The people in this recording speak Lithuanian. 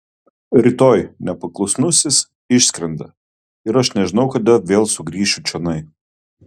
rytoj nepaklusnusis išskrenda ir aš nežinau kada vėl sugrįšiu čionai